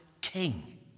king